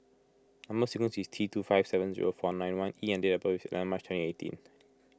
Number Sequence is T two five seven zero four nine one E and date of birth is eleven March twenty eighteen